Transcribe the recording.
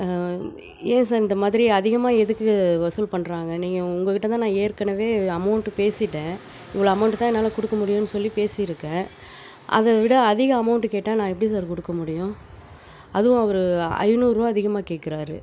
ஏன் சார் இந்த மாதிரி அதிகமாக எதுக்கு வசூல் பண்ணுறாங்க நீங்கள் உங்கக்கிட்ட தான் நான் ஏற்கனவே அமௌண்ட்டு பேசிட்டேன் இவ்வளோ அமௌண்ட்டு தான் என்னால் கொடுக்க முடியும்னு சொல்லி பேசியிருக்கேன் அதை விட அதிகம் அமௌண்ட்டு கேட்டால் நான் எப்படி சார் கொடுக்க முடியும் அதுவும் அவர் ஐநூறுபாய் அதிகமாக கேட்குறாரு